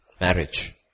marriage